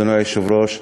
אדוני היושב-ראש,